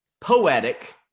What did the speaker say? poetic